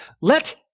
Let